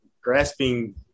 grasping